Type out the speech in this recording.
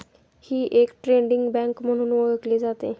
ही एक trading bank म्हणून ओळखली जाते